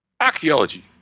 Archaeology